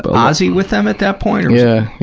but ozzy with them at that point, or yeah